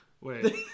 Wait